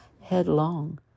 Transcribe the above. headlong